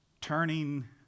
turning